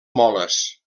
moles